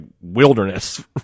wilderness